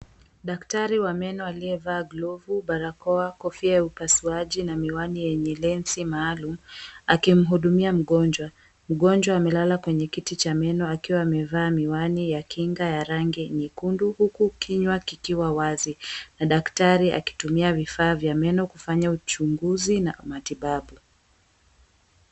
Daktari wa meno aliyevaa glovu, barakoa, kofia ya upasuaji na miwani yenye lenzi maalum akimhudumia mgonjwa. Mgonjwa amelala kwenye kiti cha meno akiwa amevaa miwani ya kinga ya rangi nyekundu huku kinywa kikiwa wazi na daktari akitumia vifaa vya meno kufanya uchunguzi na matibabu.